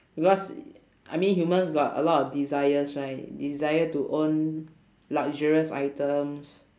because I mean humans got a lot of desires right desire to own luxurious items